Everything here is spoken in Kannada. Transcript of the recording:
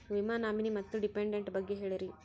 ವಿಮಾ ನಾಮಿನಿ ಮತ್ತು ಡಿಪೆಂಡಂಟ ಬಗ್ಗೆ ಹೇಳರಿ?